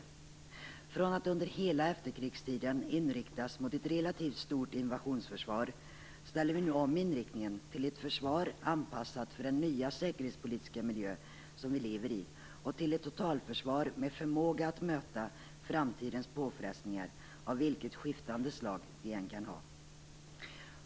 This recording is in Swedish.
Efter att under hela efterkrigstiden ha inriktat oss på ett relativt stort invasionsförsvar, ställer vi nu om inriktningen till ett försvar anpassat för den nya säkerhetspolitiska miljö vi lever i och till ett totalförsvar med förmåga att möta framtida påfrestningar av skiftande slag.